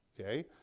okay